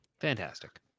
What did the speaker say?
Fantastic